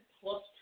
plus